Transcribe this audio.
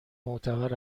معتبر